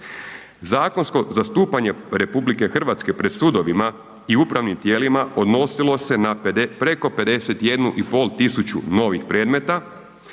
Zakonsko zastupanje RH pred sudovima i upravnim tijelima odnosilo se na preko 51.500 novih predmeta,